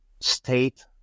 state